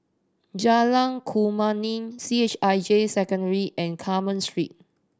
Jalan Kemuning C H I J Secondary and Carmen Street